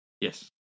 yes